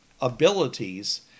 abilities